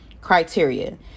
criteria